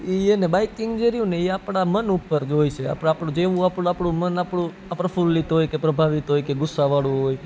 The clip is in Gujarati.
ઈને બાઇકિંગ જી રિયુંને આપણા મન ઉપર જ હોય છે આપણું જેવું આપણું મન પ્રફુલ્લિત હોય કે પ્રભાવિત હોય કે ગુસ્સાવાળું હોય